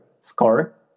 score